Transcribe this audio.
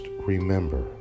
remember